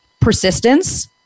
persistence